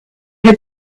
had